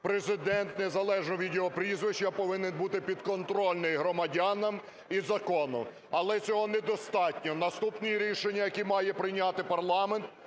Президент, незалежно від його прізвища, повинен бути підконтрольний громадянам і закону. Але цього недостатньо. Наступні рішення, які має прийняти парламент